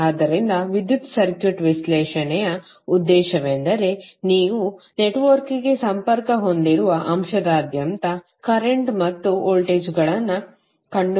ಆದ್ದರಿಂದ ವಿದ್ಯುತ್ ಸರ್ಕ್ಯೂಟ್ ವಿಶ್ಲೇಷಣೆಯ ಉದ್ದೇಶವೆಂದರೆ ನೀವು ನೆಟ್ವರ್ಕ್ಗೆ ಸಂಪರ್ಕ ಹೊಂದಿರುವ ಅಂಶದಾದ್ಯಂತದ ಕರೆಂಟ್ ಮತ್ತು ವೋಲ್ಟೇಜ್ಗಳನ್ನು ಕಂಡುಹಿಡಿಯಬೇಕು